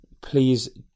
please